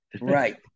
right